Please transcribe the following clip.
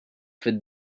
fid